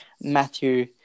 Matthew